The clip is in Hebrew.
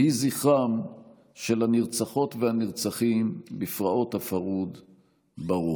יהי זכרם של הנרצחות והנרצחים בפרעות הפרהוד ברוך.